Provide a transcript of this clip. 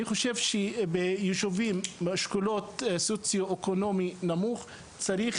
ביישובים מאשכולות סוציו-אקונומי נמוך צריך